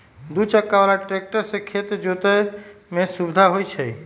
दू चक्का बला ट्रैक्टर से खेत जोतय में सुविधा होई छै